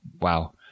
Wow